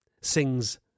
sings